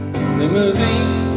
limousine